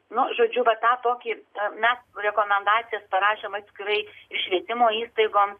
nu žodžiu tą tokį mes rekomendacijas parašėm atskirai ir švietimo įstaigoms